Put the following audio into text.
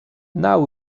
now